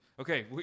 Okay